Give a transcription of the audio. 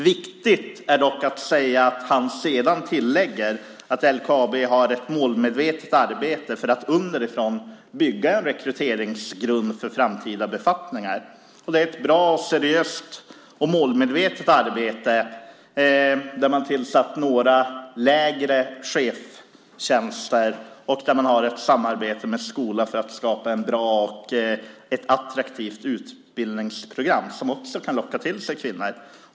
Viktigt är dock att säga att han sedan tillägger att LKAB har ett målmedvetet arbete för att underifrån bygga en rekryteringsgrund för framtida befattningar. Det är ett bra, seriöst och målmedvetet arbete där man har tillsatt några lägre chefstjänster och där man har ett samarbete med skolan för att skapa ett bra och attraktivt utbildningsprogram som också kan locka till sig kvinnor.